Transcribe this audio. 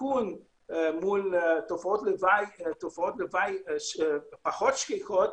סיכון מול תופעות לוואי פחות שכיחות,